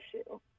issue